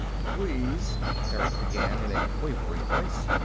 please erick began in a quavering voice,